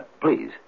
Please